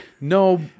No